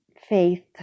faith